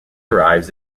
arrives